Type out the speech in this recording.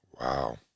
Wow